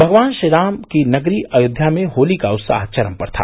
भगवान श्रीराम की नगरी अयोध्या में होली का उत्साह चरम पर था